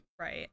Right